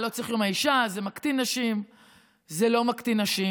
לא צריך יום האישה, זה מקטין נשים.